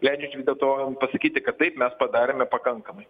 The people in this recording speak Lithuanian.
leidžiančių vis dėlto pasakyti kad taip mes padarėme pakankamai